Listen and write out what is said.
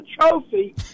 trophy